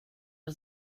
der